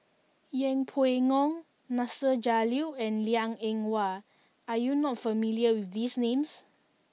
Yeng Pway Ngon Nasir Jalil and Liang Eng Hwa are you not familiar with these names